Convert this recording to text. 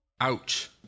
Ouch